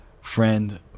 Friend